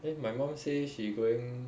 eh my mum say she going